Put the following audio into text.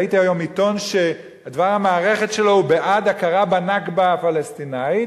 ראיתי היום עיתון שדבר המערכת שלו הוא בעד הכרה בנכבה הפלסטינית,